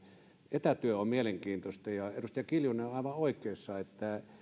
etätyö on mielenkiintoista ja edustaja kiljunen on aivan oikeassa että